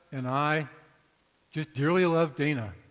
and i just dearly love dana.